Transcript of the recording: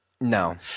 no